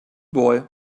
boy